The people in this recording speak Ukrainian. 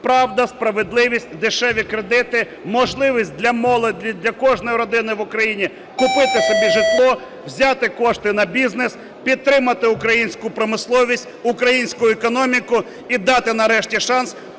правда, справедливість, дешеві кредити, можливість для молоді, для кожної родини в Україні купити собі житло, взяти кошти на бізнес, підтримати українську промисловість, українську економіку і дати нарешті шанс